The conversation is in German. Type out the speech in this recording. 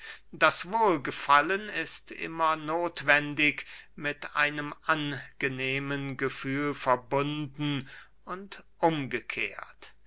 das wohlgefallen ist immer nothwendig mit einem angenehmen gefühl verbunden und umgekehrt